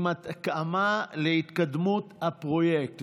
עם התאמה להתקדמות הפרויקט.